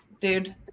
dude